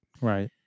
Right